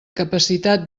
capacitat